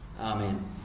Amen